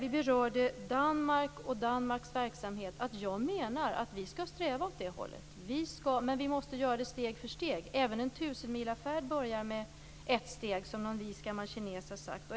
Vi berörde Danmark och verksamheten där. Jag menar att vi skall sträva åt det hållet men vi måste göra det steg för steg. Även en tusenmilafärd börjar med ett steg, som någon vis gammal kines sagt.